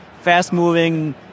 fast-moving